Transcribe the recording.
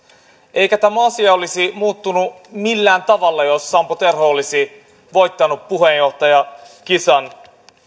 eikä tämä asia olisi muuttunut millään tavalla jos sampo terho olisi voittanut puheenjohtajakisan